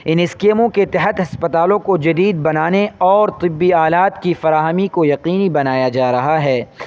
ان اسکیموں کے تحت ہسپتالوں کو جدید بنانے اور طبی آلات کی فراہمی کو یقینی بنایا جا رہا ہے